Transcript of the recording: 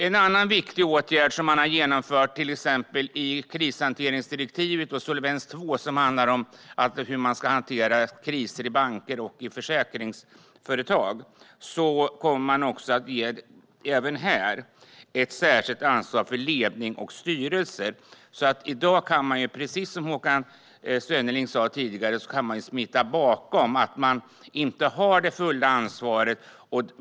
En annan viktig åtgärd som man har vidtagit, till exempel i krishanteringsdirektivet Solvens II, som handlar om hur man ska hantera kriser i banker och i försäkringsföretag, gäller att man även här kommer att ge ett särskilt ansvar för ledning och styrelse. I dag går det, precis som Håkan Svenneling sa tidigare, att smita undan och säga att man själv inte har det fulla ansvaret.